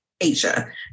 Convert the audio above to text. Asia